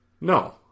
No